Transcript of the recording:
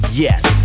yes